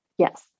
Yes